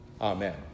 Amen